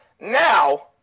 Now